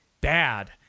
bad